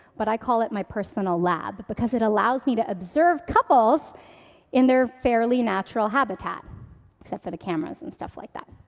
but i call it my personal lab because it allows me to observe couples in their fairly natural habitat expect for the cameras and stuff like that.